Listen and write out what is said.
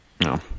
No